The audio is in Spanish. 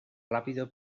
rápido